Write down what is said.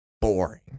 boring